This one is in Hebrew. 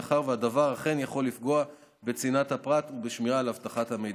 מאחר שהדבר אכן יכול לפגוע בצנעת הפרט ובשמירה על הבטחת המידע.